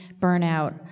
burnout